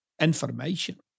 information